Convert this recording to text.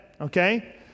Okay